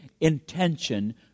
intention